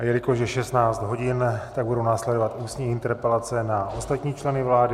Jelikož je 16 hodin, tak budou následovat ústní interpelace na ostatní členy vlády.